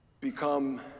become